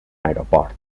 aeroport